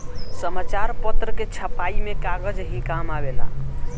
समाचार पत्र के छपाई में कागज ही काम आवेला